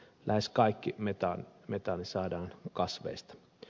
lähes kaikki metaani saadaan kasveista